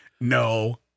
no